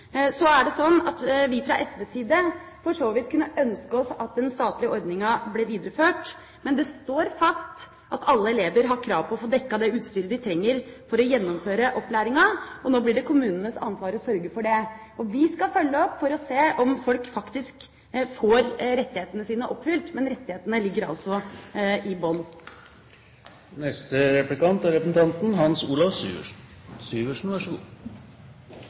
så vidt ønske oss at den statlige ordninga ble videreført. Men det står fast at alle elever har krav på å få dekket det utstyret de trenger for å gjennomføre opplæringa, og nå blir det kommunenes ansvar å sørge for det. Vi skal følge opp for å se om folk faktisk får rettighetene sine oppfylt, men rettighetene ligger altså i bånn. La meg først få avkrefte at opposisjonen skulle mene at landets største problem er at det ikke føres nok SV-politikk. Det kan jeg avkrefte. Så var representanten